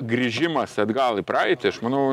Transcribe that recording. grįžimas atgal į praeitį aš manau